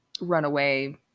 runaway